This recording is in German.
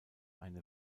eine